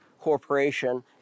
corporation